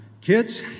Kids